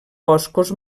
boscos